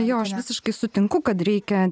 jo aš visiškai sutinku kad reikia